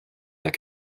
that